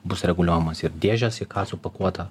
bus reguliuojamos ir dėžes į ką supakuota